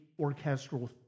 orchestral